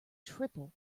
triple